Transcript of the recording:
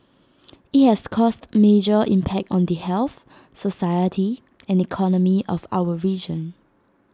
IT has caused major impact on the health society and economy of our region